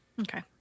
okay